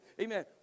Amen